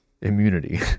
immunity